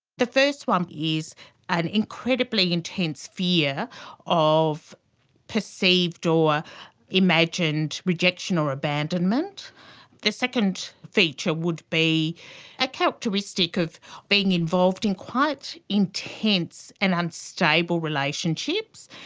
the first one is an incredibly intense fear of perceived or imagined rejection or abandonment the second feature would be a characteristic of being involved in quite intense and unstable relationships.